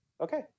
Okay